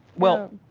well,